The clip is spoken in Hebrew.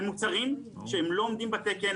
של מוצרים שהם לא עומדים בתקן,